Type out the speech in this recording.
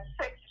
six